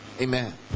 Amen